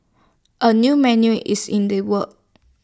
A new menu is in the works